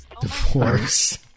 Divorce